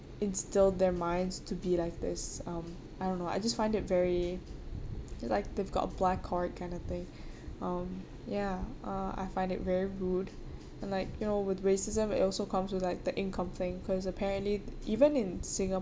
instill their minds to be like this um I don't know I just find it very it's like they've got black heart kind of thing um ya uh I find it very rude and like you know with racism also it comes with like the income thing because apparently even in